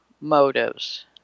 motives